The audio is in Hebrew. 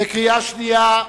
בקריאה שנייה.